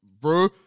bro